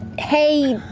hey,